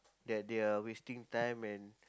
that they are wasting time and